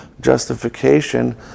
justification